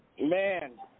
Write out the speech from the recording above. Man